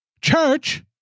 church